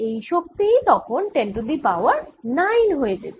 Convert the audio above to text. এই শক্তিই তখন 10 টু দি পাওয়ার 9 হয়ে যেত